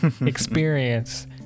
experience